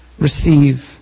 Receive